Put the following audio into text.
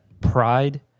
pride